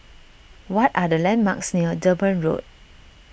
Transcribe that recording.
what are the landmarks near Durban Road